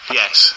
yes